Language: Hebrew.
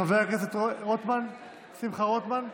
חבר הכנסת שמחה רוטמן,